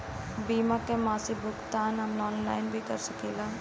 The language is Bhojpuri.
बीमा के मासिक भुगतान हम ऑनलाइन भी कर सकीला?